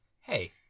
hey